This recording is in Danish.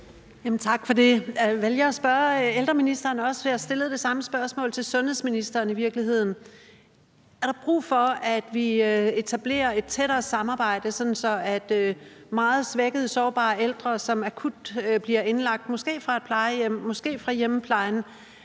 Tak for det. Jeg vælger også at spørge ældreministeren, for jeg stillede i virkeligheden det samme spørgsmål til sundhedsministeren: Er der brug for, at vi etablerer et tættere samarbejde, sådan at meget svækkede sårbare ældre, som bliver indlagt akut – måske fra et plejehjem, måske fra hjemmeplejen